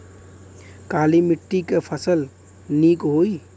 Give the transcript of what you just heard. काली मिट्टी क फसल नीक होई?